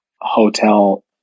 hotel